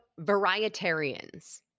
varietarians